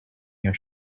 your